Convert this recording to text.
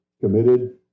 committed